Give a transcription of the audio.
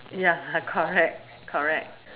ya lah correct correct